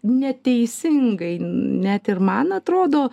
neteisingai net ir man atrodo